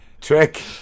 Trick